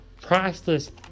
priceless